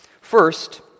First